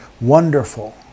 wonderful